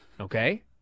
okay